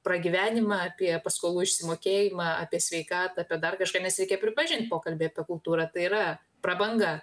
pragyvenimą apie paskolų išsimokėjimą apie sveikatą apie dar kažką nes reikia pripažint pokalbiai apie kultūrą tai yra prabanga